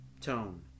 tone